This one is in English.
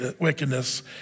wickedness